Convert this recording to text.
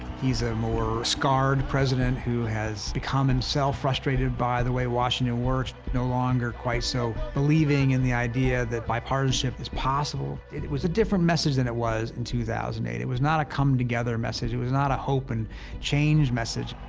he's a more scarred president who has become himself frustrated by the way washington works, no longer quite so believing in the idea that bipartisanship is possible. it it was a different message than it was in two thousand and eight. it was not a come together message. it was not a hope and change message.